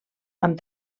amb